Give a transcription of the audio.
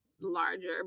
larger